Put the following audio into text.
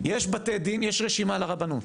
יש בתי דין, יש רשימה לרבנות.